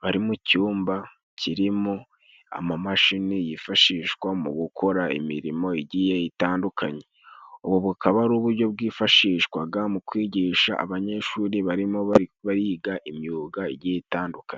bari mu cyumba kirimo amamashini yifashishwa mu gukora imirimo igiye itandukanye. Ubu bukaba ari uburyo bwifashishwaga mu kwigisha abanyeshuri barimo biyiga imyuga igiye itandukanye.